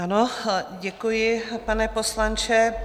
Ano, děkuji, pane poslanče.